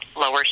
lower